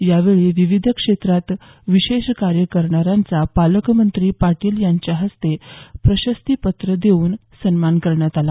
या वेळी विविध क्षेत्रात विशेष कार्य करणाऱ्यांचा पालकमंत्री पाटील यांच्या हस्ते प्रशतीपत्र देऊन सन्मान करण्यात आला